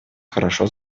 хорошо